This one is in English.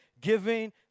giving